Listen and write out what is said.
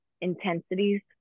intensities